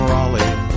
Raleigh